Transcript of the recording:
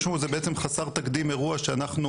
זה בעצם חסר תקדים שאנחנו אירוע שאנחנו